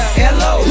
hello